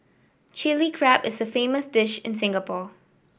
Chilli Crab is a famous dish in Singapore